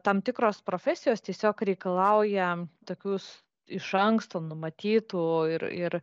tam tikros profesijos tiesiog reikalauja tokius iš anksto numatytų ir ir